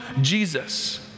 Jesus